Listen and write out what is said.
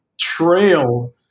trail